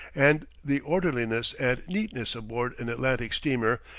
and the orderliness and neatness aboard an atlantic steamer,